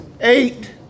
Eight